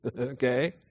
Okay